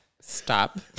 Stop